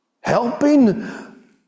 Helping